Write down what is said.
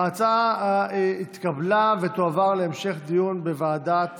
ההצעה התקבלה ותועבר להמשך דיון בוועדת